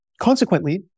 consequently